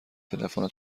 تلفن